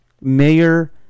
mayor